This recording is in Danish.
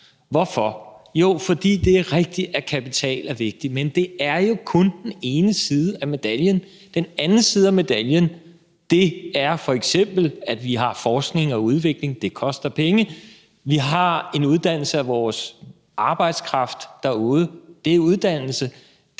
Hvorfor? Jo, det er rigtigt, at kapital er vigtigt, men det er jo kun den ene side af medaljen. Den anden side af medaljen er f.eks., at vi har forskning og udvikling – det koster penge – og at vi har en uddannelse af vores arbejdskraft derude. Det nytter